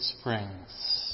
springs